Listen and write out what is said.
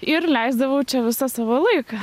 ir leisdavau čia visą savo laiką